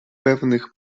pewnych